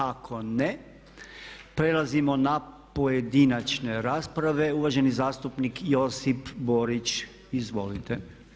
Ako ne, prelazimo na pojedinačne rasprave, uvaženi zastupnik Josip Borić, izvolite.